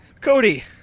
Cody